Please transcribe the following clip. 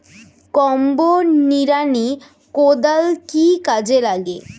Combo নিড়ানি কোদাল কি কাজে লাগে?